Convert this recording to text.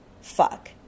fuck